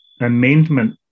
amendment